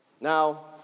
Now